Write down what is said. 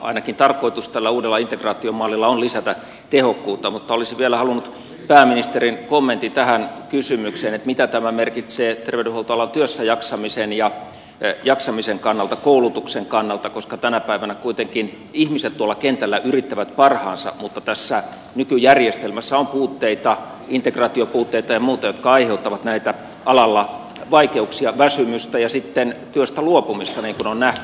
ainakin tarkoitus tällä uudella integraatiomallilla on lisätä tehokkuutta mutta olisin vielä halunnut pääministerin kommentin tähän kysymykseen mitä tämä merkitsee terveydenhuoltoalan työssäjaksamisen kannalta koulutuksen kannalta koska tänä päivänä kuitenkin ihmiset tuolla kentällä yrittävät parhaansa mutta tässä nykyjärjestelmässä on puutteita integraatiopuutteita ja muuta jotka aiheuttavat alalla vaikeuksia väsymystä ja sitten työstä luopumista niin kuin on nähty